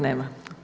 Nema.